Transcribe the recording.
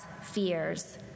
fears